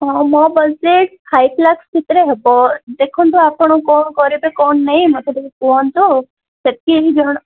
ହଁ ମୋ budget five lakhs ଭିତରେ ହେବ ଦେଖନ୍ତୁ ଆପଣ କ'ଣ କରିବେ କ'ଣ ନାହିଁ ମୋତେ ଟିକେ କୁହନ୍ତୁ ସେତିକି ଜଣ